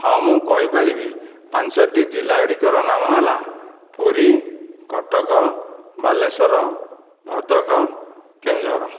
ହଁ ମୁଁ କହିପାରିବି ପାଞ୍ଚୋଟି ଜିଲ୍ଲା ଗୁଡ଼ିକର ନାମ ହେଲା ପୁରୀ କଟକ ବାଲେଶ୍ଵର ଭଦ୍ରକ କେଉଁଝର